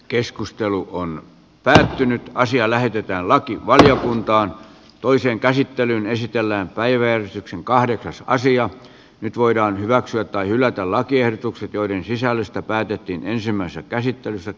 keskustelu on päätynyt asia lähetetään lakivaliokuntaan toisen käsittelyn esitellään päivän kahdeksasta asiaa nyt voidaan hyväksyä tai hylätä lakiehdotukset joiden sisällöstä päätettiin ensimmäisessä käsittelyssä